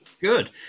Good